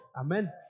Amen